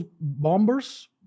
bombers